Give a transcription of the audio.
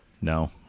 No